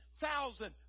thousand